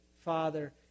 Father